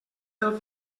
del